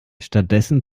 stattdessen